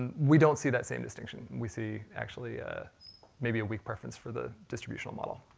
and we don't see that same distinction. we see actually maybe a weak preference for the distributional model.